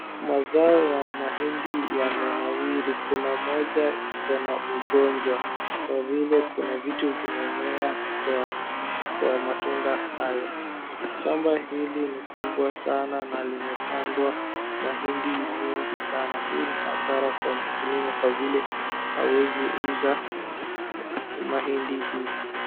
Mazao ya mahindi yamenawiri. Kuna moja iko na ugonjwa kwa vile kuna vitu zimemea kwa matunda hayo. Shamba hili ni kubwa sana na limepandwa mahindi mengi sana. Hii ni hasara kwa mukulima kwa vile hawezi uza mahindi hii.